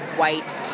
white